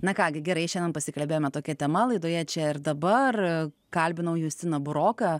na ką gi gerai šiandien pasikalbėjome tokia tema laidoje čia ir dabar kalbinau justiną buroką